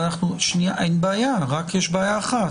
אין בעיה, אלא יש רק בעיה אחת.